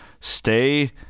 stay